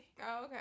okay